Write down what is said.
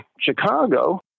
Chicago